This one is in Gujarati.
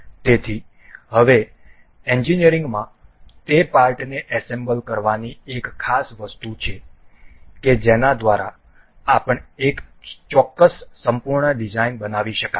તેથી હવે એન્જિનિયરિંગમાં તે પાર્ટને એસેમ્બલ કરવાની એક ખાસ વસ્તુ છે કે જેના દ્વારા એક ચોક્કસ સંપૂર્ણ ડિઝાઇન બનાવી શકાય